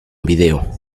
video